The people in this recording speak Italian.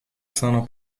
sono